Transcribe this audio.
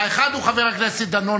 האחד הוא חבר הכנסת דנון,